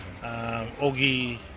Ogi